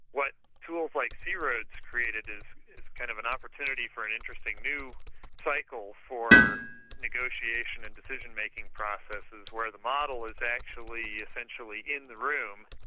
what tools like c-roads created is is kind of an opportunity for an interesting new cycle for negotiation and decision-making processes where the model is actually essentially in the room,